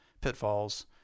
pitfalls